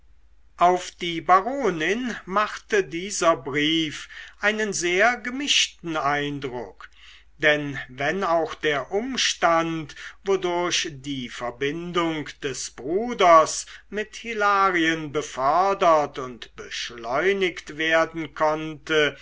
auf die baronin machte dieser brief einen sehr gemischten eindruck denn wenn auch der umstand wodurch die verbindung des bruders mit hilarien befördert und beschleunigt werden konnte